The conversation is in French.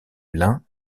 lin